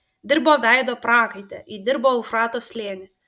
dirbo veido prakaite įdirbo eufrato slėnį